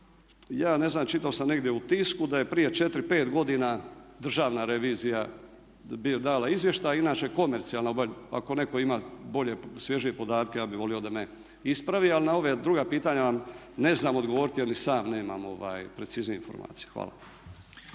ja ne znam, čitao sam negdje u tisku da je prije četiri, pet godina Državna revizija dala izvještaj, inače komercijalna, ako netko ima bolje, svježije podatke ja bi volio da me ispravi, ali na ova druga pitanja vam ne znam odgovoriti jer ni sam nemam preciznije informacije. Hvala.